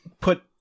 put